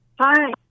Hi